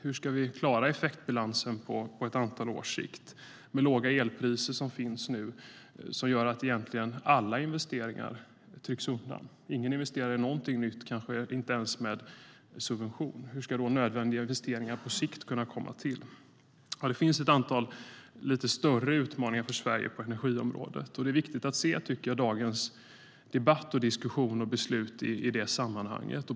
Hur ska vi klara effektbalansen på ett antal års sikt? De låga elpriser som finns nu gör att egentligen alla investeringar trycks undan. Ingen investerar i någonting nytt, kanske inte ens med subvention. Hur ska då nödvändiga investeringar på sikt kunna komma till? Det finns ett antal lite större utmaningar för Sverige på energiområdet. Det är viktigt att se dagens debatt, diskussion och beslut i det sammanhanget.